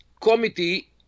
committee